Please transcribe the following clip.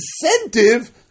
incentive